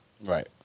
Right